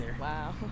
Wow